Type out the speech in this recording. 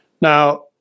Now